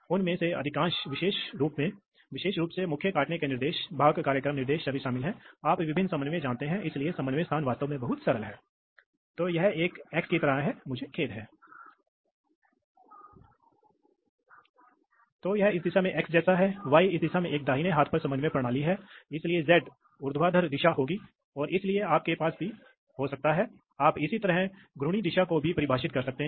इसलिए आम तौर पर बल करंट के साथ साथ विस्थापन के आधार पर भिन्न होता है क्योंकि आप मूल रूप से फ्लक्स द्वारा जानते हैं इसलिए फ्लक्स वास्तव में करंट पर निर्भर करता है क्योंकि करंट में मैग्नेटो मोटिव फ़ोर्स का फैसला करता है और यह फ्लक्स पथ की रेलुक्टैंस पर भी निर्भर करता है जो अंतराल पर निर्भर करता है जो गति के दौरान बदलता रहता है इसलिए बल लक्षण करंट के साथ साथ स्थिति पर भी निर्भर करती है